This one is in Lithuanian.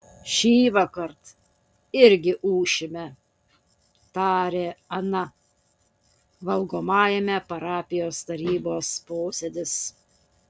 šįvakar irgi ūšime tarė ana valgomajame parapijos tarybos posėdis